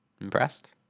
Impressed